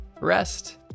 rest